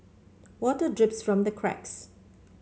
water drips from the cracks